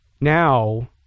now